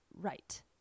right